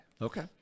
Okay